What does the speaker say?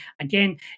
Again